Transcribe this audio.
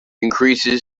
increases